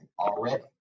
already